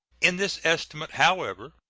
in this estimate, however,